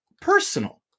personal